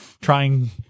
trying